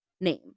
name